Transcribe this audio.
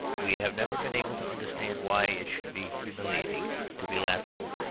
we have never been able to understand why it should be humiliating to be laughable,